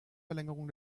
verlängerung